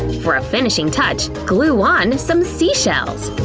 for a finishing touch, glue on some sea shells!